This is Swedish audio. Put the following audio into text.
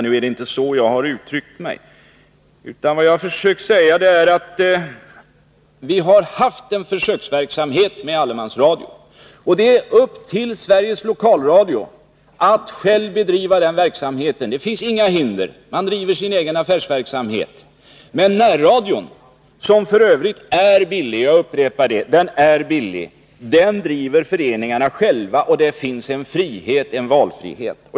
Nu har jag emellertid inte uttryckt mig så. Vad jag har försökt säga är att vi har haft en försöksverksamhet med allemansradion. Det är upp till Sveriges Lokalradio att själv bedriva den verksamheten. Det finns inga hinder. Man driver ju sin egen affärsverksamhet. Men närradion, som f. ö. är billig — jag upprepar det — driver föreningarna själva och det finns en valfrihet.